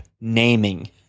naming